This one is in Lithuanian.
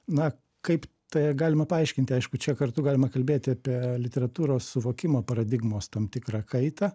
na kaip tai galima paaiškinti aišku čia kartu galima kalbėti apie literatūros suvokimo paradigmos tam tikrą kaitą